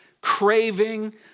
craving